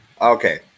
okay